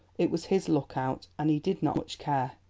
it was his look out, and he did not much care.